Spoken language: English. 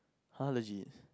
[huh] legits